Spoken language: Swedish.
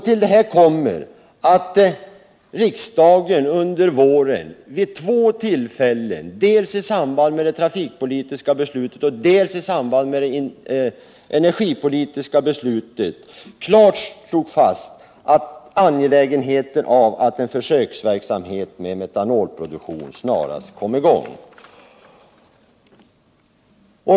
Till detta kommer att riksdagen under våren vid två tillfällen — dels i samband med det trafikpolitiska beslutet, dels i samband med det energipolitiska beslutet — klart slog fast det angelägna i att en försöksverksamhet med metanolproduktion snarast kom i gång.